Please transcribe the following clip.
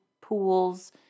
pools